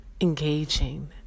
engaging